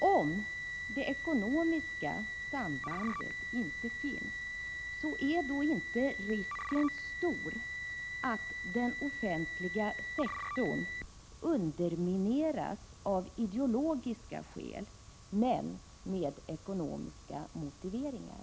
Om det ekonomiska sambandet inte finns, är inte då risken stor att den offentliga sektorn undermineras av ideologiska skäl men med ekonomiska motiveringar?